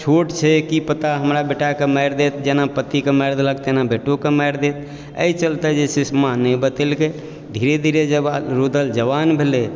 छोट छै की पता हमरा बेटाकेँ मारि देत जेना पतिके मारि देलक तहिना बेटोकेँ मारि देत एहि चलते जे छै से माँ नहि बतेलकै धीरे धीरे रुदल जब जवान भेलै